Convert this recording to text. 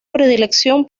predilección